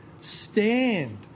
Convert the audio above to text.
stand